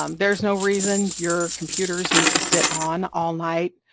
um there's no reason your computers need to sit on all night,